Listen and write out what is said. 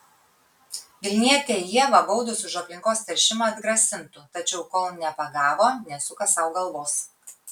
vilnietę ievą baudos už aplinkos teršimą atgrasintų tačiau kol nepagavo nesuka sau galvos